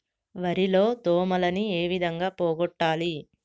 వరి లో దోమలని ఏ విధంగా పోగొట్టాలి?